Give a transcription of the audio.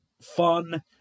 fun